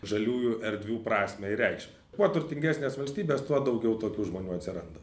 žaliųjų erdvių prasmę ir reikšmę kuo turtingesnės valstybės tuo daugiau tokių žmonių atsiranda